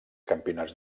campionats